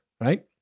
right